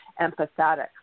empathetic